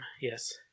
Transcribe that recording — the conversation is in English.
Yes